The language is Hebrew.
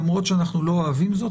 למרות שאנחנו לא אוהבים זאת,